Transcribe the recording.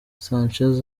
sanchez